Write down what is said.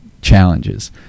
challenges